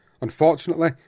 Unfortunately